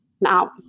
now